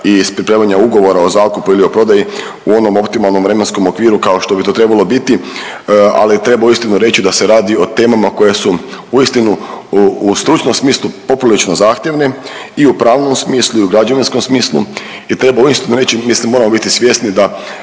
i pripremanja ugovora o zakupu ili o prodaju u onom optimalnom vremenskom okviru kao što bi to trebalo biti, ali treba uistinu reći da se radi o temama koje su uistinu u stručnom smislu poprilično zahtjevni i u pravnom smislu i u građevinskom smislu. I treba uistinu reći, mislim moramo biti svjesni da